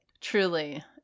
truly